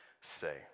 say